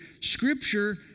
Scripture